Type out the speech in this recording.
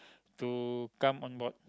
to come on board